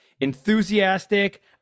enthusiastic